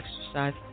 exercise